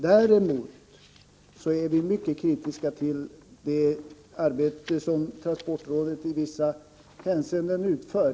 Däremot är vi mycket kritiska till det arbete som transportrådet i vissa hänseenden utför.